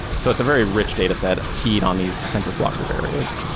so it's a very rich dataset keyed on these census block group areas.